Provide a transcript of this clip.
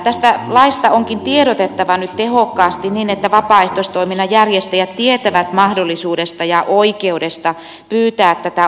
tästä laista onkin tiedotettava nyt tehokkaasti niin että vapaaehtoistoiminnan järjestäjät tietävät mahdollisuudesta ja oikeudesta pyytää tätä otetta